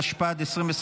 התשפ"ד 2024,